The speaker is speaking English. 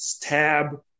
Tab